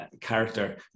Character